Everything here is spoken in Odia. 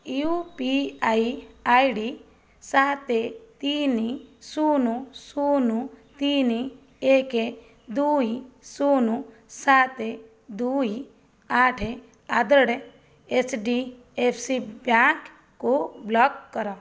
you P I I D ସାତ ତିନି ଶୂନ ଶୂନ ତିନି ଏକ ଦୁଇ ଶୂନ ସାତ ଦୁଇ ଆଠ ଏଚ୍ ଡ଼ି ଏଫ୍ ସି ବ୍ୟାଙ୍କକୁ ବ୍ଲକ୍ କର